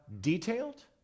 detailed